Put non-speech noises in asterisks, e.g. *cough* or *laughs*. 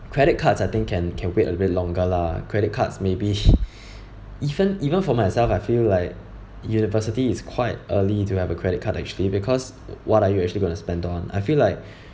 credit cards I think can can wait a little bit longer lah credit cards maybe *laughs* *breath* even even for myself I feel like university is quite early to have a credit card actually because what are you actually going to spend on I feel like